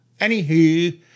Anywho